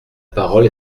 parole